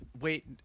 wait